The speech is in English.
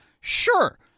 Sure